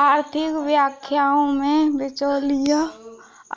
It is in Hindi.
आर्थिक व्याख्याओं में, बिचौलिया